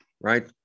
right